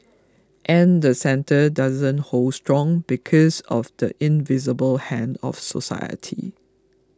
and the centre doesn't hold strong because of the invisible hand of society